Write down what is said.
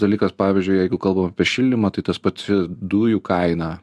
dalykas pavyzdžiui jeigu kalbam apie šildymą tai tas pats dujų kaina